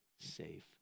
Safe